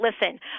Listen